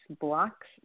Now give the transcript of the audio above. blocks